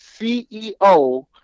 CEO